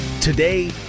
Today